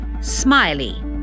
Smiley